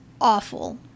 awful